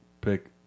pick